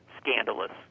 scandalous